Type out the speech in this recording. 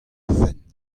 fenn